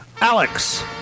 Alex